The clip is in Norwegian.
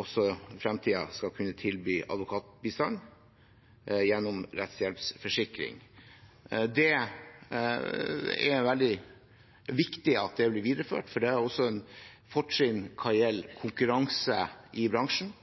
også i fremtiden skal kunne tilby advokatbistand gjennom rettshjelpsforsikring. Det er veldig viktig at det blir videreført, for det er også en fordel hva gjelder konkurranse i bransjen.